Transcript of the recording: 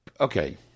Okay